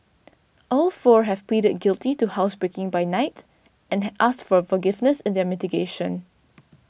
all four have pleaded guilty to housebreaking by night and had asked for forgiveness in their mitigation